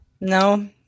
No